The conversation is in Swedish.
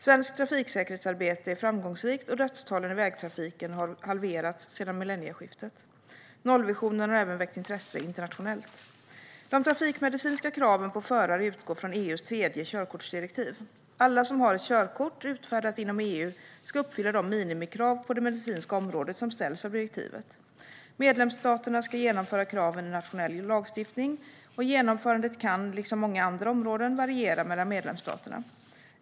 Svenskt trafiksäkerhetsarbete är framgångsrikt, och dödstalen i vägtrafiken har halverats sedan millennieskiftet. Nollvisionen har även väckt intresse internationellt. De trafikmedicinska kraven på förare utgår från EU:s tredje körkortsdirektiv. Alla som har ett körkort utfärdat inom EU ska uppfylla de minimikrav på det medicinska området som ställs av direktivet. Medlemsstaterna ska införa kraven i nationell lagstiftning, och införandet kan - liksom inom många andra områden - variera mellan medlemsstaterna.